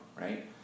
right